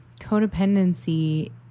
codependency